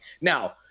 Now